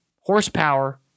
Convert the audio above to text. horsepower